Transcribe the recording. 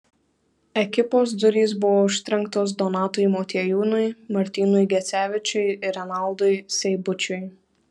ekipos durys buvo užtrenktos donatui motiejūnui martynui gecevičiui ir renaldui seibučiui